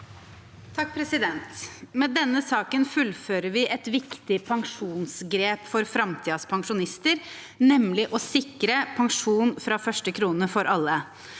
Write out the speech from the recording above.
(A) Med denne saken full- fører vi et viktig pensjonsgrep for framtidens pensjonister, nemlig å sikre pensjon fra første krone for alle.